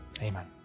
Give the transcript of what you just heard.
amen